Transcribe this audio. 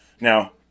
Now